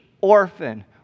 orphan